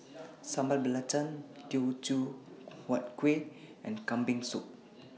Sambal Belacan Teochew Huat Kueh and Kambing Soup